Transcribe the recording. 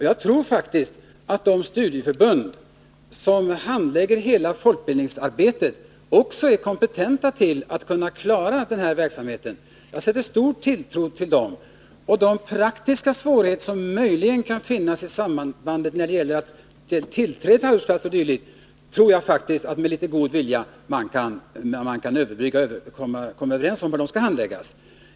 Jag tror faktiskt att de studieförbund som handlägger hela folkbildningsarbetet också är kompetenta att klara denna verksamhet. Jag sätter stor tilltro till dem. Beträffande de praktiska svårigheter som möjligen kan finnas i sammanhanget — när det gäller att få tillträde till arbetsplatser osv. tror jag att man med litet god vilja kan komma överens om hur de skall handläggas.